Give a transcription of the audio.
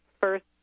first